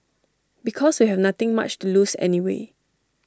because we have nothing much to lose anyway